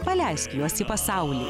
paleisk juos į pasaulį